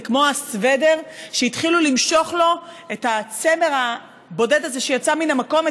זה כמו הסוודר שהתחילו למשוך לו את הצמר הבודד הזה שיצא מן המקום,